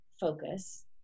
focus